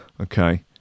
Okay